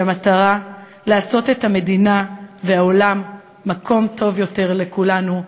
המטרה היא לעשות את המדינה והעולם מקום טוב יותר לכולנו,